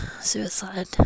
Suicide